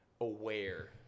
aware